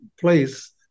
place